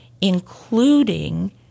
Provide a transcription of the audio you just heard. including